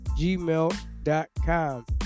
gmail.com